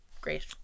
great